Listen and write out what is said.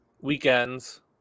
weekends